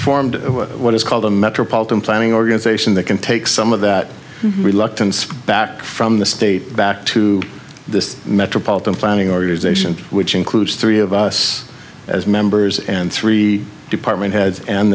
formed what is called a metropolitan planning organization that can take some of that reluctance back from the state back to the metropolitan planning organization which includes three of us as members and three department heads and